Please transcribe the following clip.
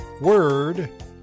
word